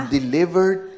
delivered